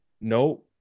no